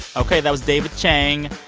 ok. that was david chang,